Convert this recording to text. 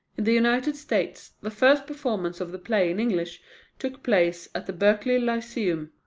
the united states, the first performance of the play in english took place at the berkeley lyceum,